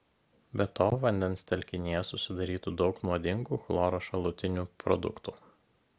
be to vandens telkinyje susidarytų daug nuodingų chloro šalutinių produktų